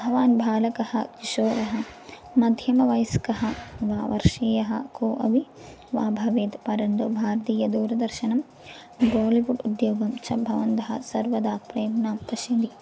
भवान् बालकः किशोरः मध्यमवयस्कः वा वर्षीयः को अपि वा भवेत् परन्तु भारतीयदूरदर्शनं बोलिवुड् उद्योगं छ भवन्तः सर्वदा प्रेरणा पश्यन्ति